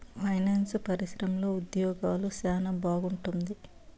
finance పరిశ్రమలో ఉద్యోగాలు సెనా బాగుంటుంది